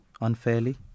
unfairly